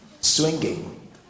swinging